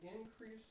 increase